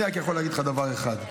אני רק יכול להגיד לך דבר אחד: